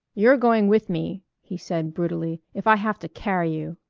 you're going with me, he said brutally, if i have to carry you.